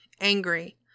angry